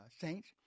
saints